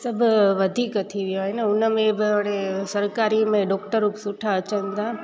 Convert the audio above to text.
सभु वधीक थी वियो आहे ऐं उन में बि हाणे सरकारी में डॉक्टरूं सुठा अचनि था